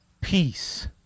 peace